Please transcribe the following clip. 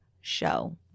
show